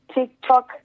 Tiktok